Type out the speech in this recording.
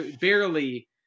barely